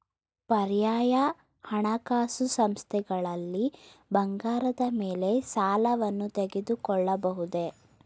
ಪರ್ಯಾಯ ಹಣಕಾಸು ಸಂಸ್ಥೆಗಳಲ್ಲಿ ಬಂಗಾರದ ಮೇಲೆ ಸಾಲವನ್ನು ತೆಗೆದುಕೊಳ್ಳಬಹುದೇ?